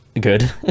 good